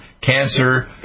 cancer